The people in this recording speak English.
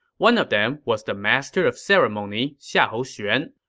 one of them was the master of ceremony, xiahou xuan.